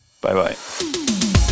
bye-bye